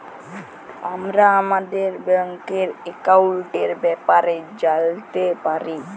আমরা আমাদের ব্যাংকের একাউলটের ব্যাপারে জালতে পারি